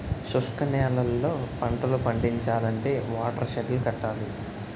శుష్క నేలల్లో పంటలు పండించాలంటే వాటర్ షెడ్ లు కట్టాల